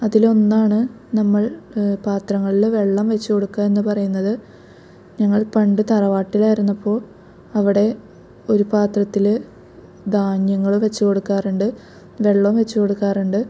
അതിലൊന്നാണ് നമ്മൾ പാത്രങ്ങളിൾ വെള്ളം വെച്ച് കൊടുക്കുകാന്ന് പറയുന്നത് ഞങ്ങൾ പണ്ട് തറവാട്ടിലായിരുന്നപ്പോൾ അവിടെ ഒരു പാത്രത്തിൽ ധാന്യങ്ങൾ വെച്ച് കൊടുക്കാറുണ്ട് വെള്ളോം വെച്ച് കൊടുക്കാറുണ്ട്